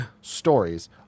stories